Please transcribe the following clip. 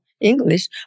English